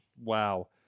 Wow